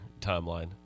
timeline